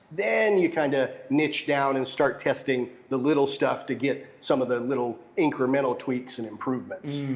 then you kind of niche down and start testing the little stuff to get some of the little incremental tweaks and improvements.